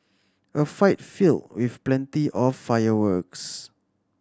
a fight filled with plenty of fireworks